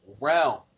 realm